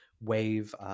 wave